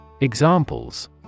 Examples